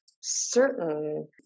certain